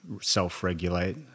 self-regulate